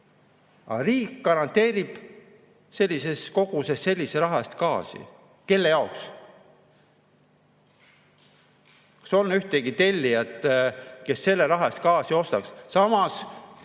Aga riik garanteerib sellises koguses sellise raha eest gaasi. Kelle jaoks? Kas on ühtegi tellijat, kes selle raha eest gaasi ostaks? Samas